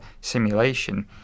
simulation